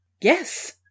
Yes